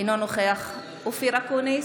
אינו נוכח אופיר אקוניס,